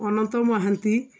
Ananta Mohanty